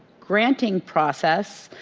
granting process,